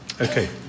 Okay